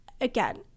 Again